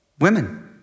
Women